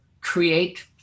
create